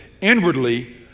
inwardly